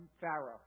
Pharaoh